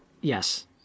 Yes